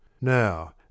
now